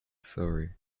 surrey